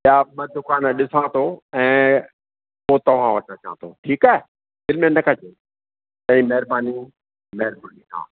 ॿिया ॿ दुकान ॾिसां थो ऐं पोइ तव्हां वटि अचां थो ठीकु आहे दिलि में न कजो साईं महिरबानी महिरबानी हा